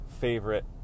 favorite